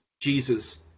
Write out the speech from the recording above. jesus